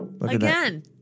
Again